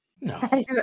No